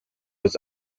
his